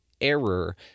error